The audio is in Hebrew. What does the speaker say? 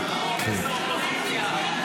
זה לא הוגן, אתה רומס את האופוזיציה.